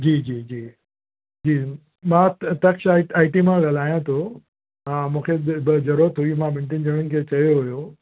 जी जी जी जी मां त तक्ष आइ आई टी मां ॻाल्हायां थो हा मूंखे ज ज़रूरत हुई मां ॿिनि टिनि ॼणनि खे चयो हुयो